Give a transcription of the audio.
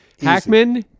Hackman